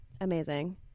amazing